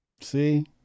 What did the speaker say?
See